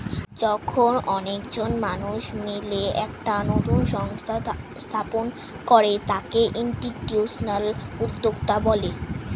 যখন কয়েকজন মানুষ মিলে একটা নতুন সংস্থা স্থাপন করে তাকে ইনস্টিটিউশনাল উদ্যোক্তা বলে